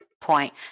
point